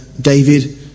David